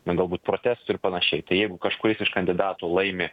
nu galbūt protestų ir panašiai tai jeigu kažkuris iš kandidatų laimi